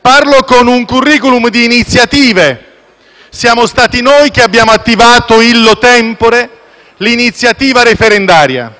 Parlo con un *curriculum* di iniziative: siamo stati noi che abbiamo attivato *illo tempore* l'iniziativa referendaria,